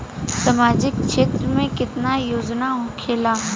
सामाजिक क्षेत्र में केतना योजना होखेला?